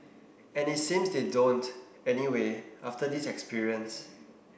and it seems they don't anyway after this experience